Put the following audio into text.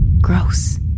Gross